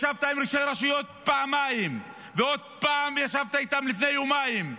ישבת עם ראשי רשויות פעמיים ועוד פעם ישבת איתם לפני יומיים,